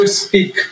speak